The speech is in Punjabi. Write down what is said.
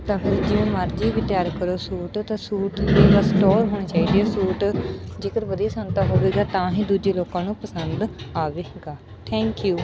ਤਾਂ ਫਿਰ ਜਿਵੇਂ ਮਰਜ਼ੀ ਵੀ ਤਿਆਰ ਕਰੋ ਸੂਟ ਤਾਂ ਸੂਟ ਦੀ ਬਸ ਟੋਰ ਹੋਣੀ ਚਾਹੀਦੀ ਹੈ ਸੂਟ ਜੇਕਰ ਵਧੀਆ ਸਿਊਤਾ ਹੋਵੇਗਾ ਤਾਂ ਹੀ ਦੂਜੇ ਲੋਕਾਂ ਨੂੰ ਪਸੰਦ ਆਵੇ ਗਾ ਥੈਂਕ ਯੂ